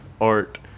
art